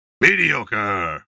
Mediocre